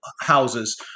houses